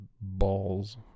balls